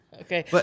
Okay